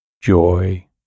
joy